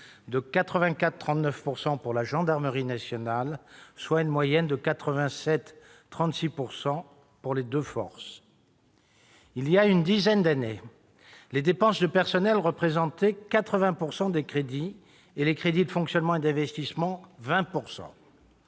de 84,39 % pour la gendarmerie nationale, soit une moyenne de 87,36 % pour les deux forces. Voilà une dizaine d'années, les dépenses de personnel représentaient 80 % des crédits, pour 20 % de crédits de fonctionnement et d'investissement.